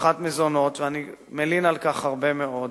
והבטחת מזונות, ואני מלין על כך הרבה מאוד,